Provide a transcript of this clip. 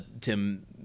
tim